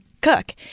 cook